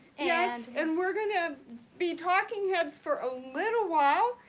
and and we're gonna be talking heads for a little while.